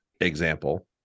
example